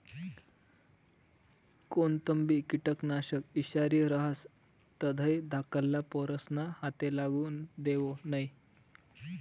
कोणतंबी किटकनाशक ईषारी रहास तधय धाकल्ला पोरेस्ना हाते लागू देवो नै